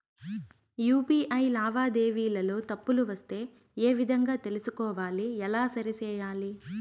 UPI లావాదేవీలలో తప్పులు వస్తే ఏ విధంగా తెలుసుకోవాలి? ఎలా సరిసేయాలి?